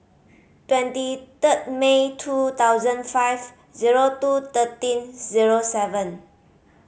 twenty third May two thousand five zero two thirteen zero seven